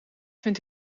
vind